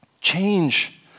Change